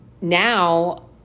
now